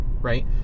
Right